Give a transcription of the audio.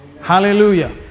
Hallelujah